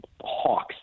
hawks